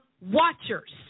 watchers